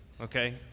okay